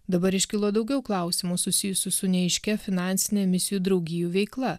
dabar iškilo daugiau klausimų susijusių su neaiškia finansinė misijų draugijų veikla